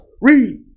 Read